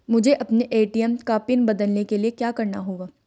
मुझे अपने ए.टी.एम का पिन बदलने के लिए क्या करना होगा?